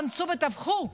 ואנסו וטבחו,